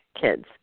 kids